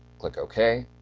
click ok,